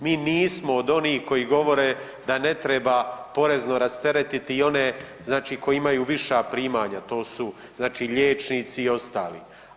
Mi nismo od onih koji govore da ne treba porezno rasteretiti one znači koji imaju viša primanja, to su znači liječnici i ostali.